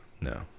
No